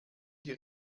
dir